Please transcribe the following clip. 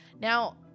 Now